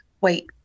wait